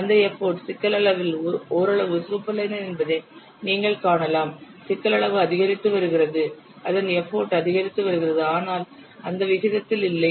அந்த எப்போட் சிக்கல் அளவில் ஓரளவு சூப்பர்லைனர் என்பதை நீங்கள் காணலாம் சிக்கல் அளவு அதிகரித்து வருகிறது அதன் எப்போட் அதிகரித்து வருகிறது ஆனால் அந்த விகிதத்தில் இல்லை